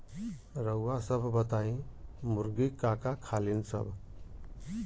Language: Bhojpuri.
रउआ सभ बताई मुर्गी का का खालीन सब?